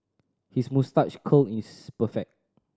his moustache curl is perfect